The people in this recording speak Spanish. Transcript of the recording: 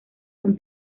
con